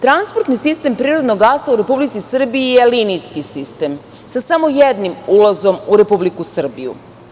Transportni sistem prirodnog gasa u Republici Srbiji je linijski sistem sa samo jednim ulazom u Republiku Srbiju.